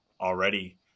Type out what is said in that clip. already